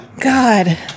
God